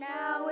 Now